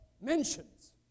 Mentions